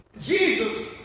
Jesus